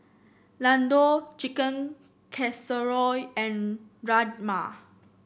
Ladoo Chicken Casserole and Rajma